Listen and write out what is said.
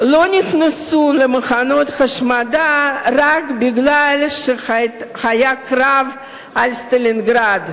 לא נכנסו למחנות ההשמדה רק מפני שהיה קרב על סטלינגרד,